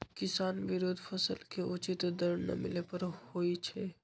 किसान विरोध फसल के उचित दर न मिले पर होई छै